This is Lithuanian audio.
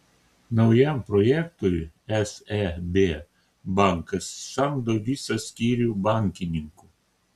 naujam projektui seb bankas samdo visą skyrių bankininkų